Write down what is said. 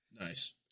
Nice